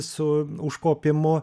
su užkopimu